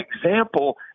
example